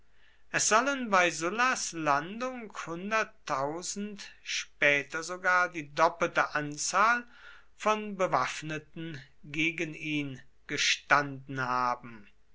es sollen bei sullas landung später sogar die doppelte anzahl von bewaffneten gegen ihn gestanden haben